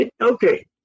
Okay